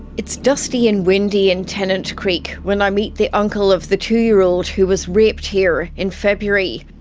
it's dusty and windy in tennant creek when i meet the uncle of the two-year-old who was raped here in february.